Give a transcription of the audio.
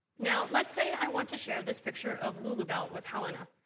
now let's say i want to share this picture of lulubelle with helena.